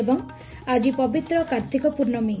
ଏବଂ ଆଜି ପବିତ୍ର କାର୍ତ୍ତିକ ପ୍ରର୍ଶ୍ୱମୀ